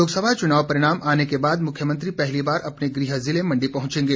लोकसभा चुनाव परिणाम आने के बाद मुख्यमंत्री पहली बार अपने गृह जिले मंडी पहुंचेंगे